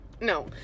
No